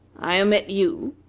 i omit you,